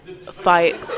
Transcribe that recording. fight